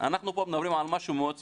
אנחנו פה מדברים על משהו מאוד ספציפי.